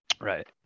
Right